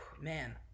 man